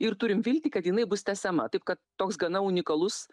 ir turim viltį kad jinai bus tęsiama taip kad toks gana unikalus